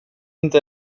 inte